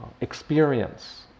experience